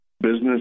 business